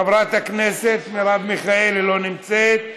חברת הכנסת מרב מיכאלי, לא נמצאת,